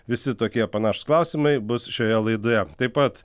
visi tokie panašūs klausimai bus šioje laidoje taip pat